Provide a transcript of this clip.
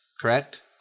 correct